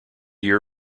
year